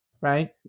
Right